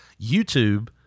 YouTube